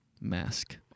mask